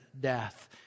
death